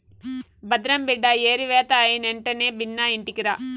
భద్రం బిడ్డా ఏరివేత అయినెంటనే బిన్నా ఇంటికిరా